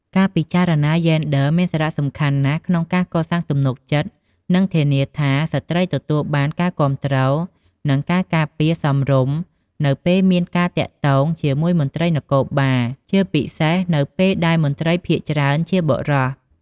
ការពិចារណាយេនឌ័រមានសារៈសំខាន់ណាស់ក្នុងការកសាងទំនុកចិត្ត និងធានាថាស្ត្រីទទួលបានការគាំទ្រនិងការការពារសមរម្យនៅពេលមានការទាក់ទងជាមួយមន្ត្រីនគរបាល ជាពិសេសនៅពេលដែលមន្ត្រីភាគច្រើនជាបុរស។